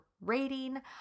rating